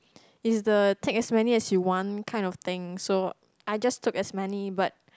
it's the take as many as you want kind of thing so I just took as many but